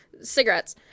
cigarettes